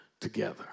together